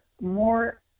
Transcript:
more